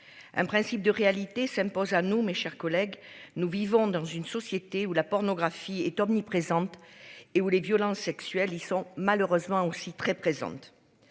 Un principe de réalité s'impose à nous, mes chers collègues, nous vivons dans une société où la pornographie est omniprésente et où les violences sexuelles. Ils sont malheureusement aussi très présente.